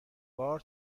بار